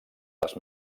les